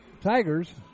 Tigers